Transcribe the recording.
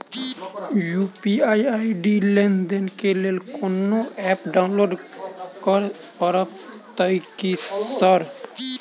UPI ID लेनदेन केँ लेल कोनो ऐप डाउनलोड करऽ पड़तय की सर?